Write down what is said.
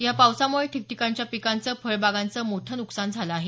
या पावसामुळे ठिकठिकाणच्या पिकांचं फळबागांचं मोठं नुकसान झालं आहे